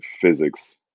physics